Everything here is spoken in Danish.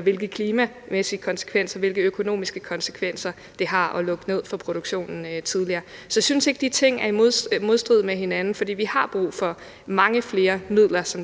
hvilke klimamæssige konsekvenser og hvilke økonomiske konsekvenser det har at lukke ned for produktionen tidligere, til bunds. Så jeg synes ikke, at de ting er i modstrid med hinanden. For vi har brug for mange flere midler, der